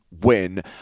win